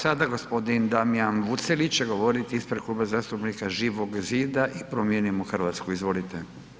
Sada g. Damjan Vucelić će govorit ispred Kluba zastupnika Živog zida i Promijenimo Hrvatsku, izvolite.